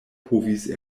povis